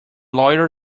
lawyer